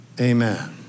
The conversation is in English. Amen